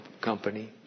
company